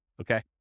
Okay